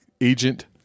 agent-